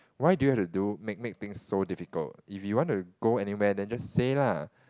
why do you have to do make make things so difficult if you want to go anywhere then just say lah